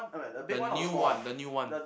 the new one the new one